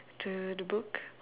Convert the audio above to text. to the book